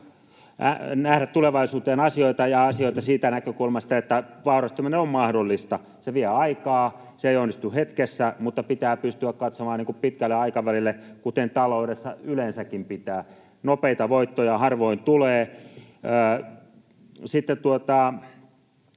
välihuuto] ja asioita siitä näkökulmasta, että vaurastuminen on mahdollista. Se vie aikaa, se ei onnistu hetkessä, mutta pitää pystyä katsomaan pitkälle aikavälille, kuten taloudessa yleensäkin pitää. Nopeita voittoja harvoin tulee. Sitten tässä